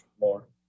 more